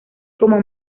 como